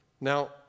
Now